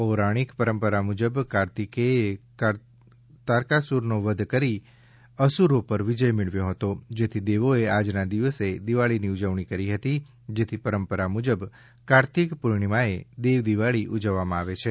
પૌરાણિક પરંપરા મુજબ કાર્તિકેયે તારકાસુરનો વધ કરી અસુરો પર વિજય મેળવ્યો હતો જેથી દેવોએ આજના દિવસે દિવાળીની ઉજવણી કરી હતી જેથી પરંપરા મુજબ કાર્તિક પૂર્ણિમાએ દેવદિવાળી ઉજવવામાં આવે છે